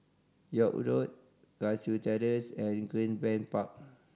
York Road Cashew Terrace and Greenbank Park